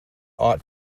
ought